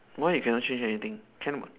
why you cannot change anything can [what]